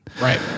Right